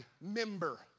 member